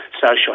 social